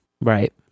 Right